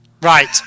Right